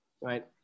right